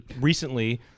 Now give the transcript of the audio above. recently